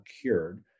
cured